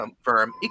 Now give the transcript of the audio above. firm